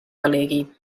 delegui